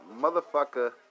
Motherfucker